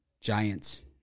Giants